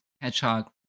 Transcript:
hedgehog